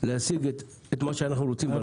להשיג את מה שאנחנו רוצים.